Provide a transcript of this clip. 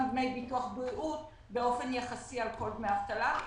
דמי ביטוח בריאות באופן יחסי על כל דמי האבטלה.